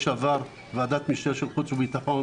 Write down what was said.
לשעבר ועדת משנה של חוץ וביטחון